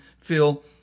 feel